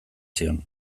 zion